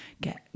get